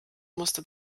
musste